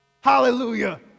Hallelujah